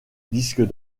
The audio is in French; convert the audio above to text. disque